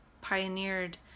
pioneered